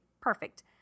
perfect